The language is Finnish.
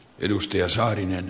herra puhemies